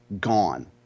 gone